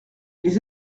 les